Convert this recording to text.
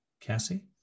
Cassie